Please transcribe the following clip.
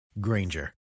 Granger